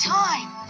time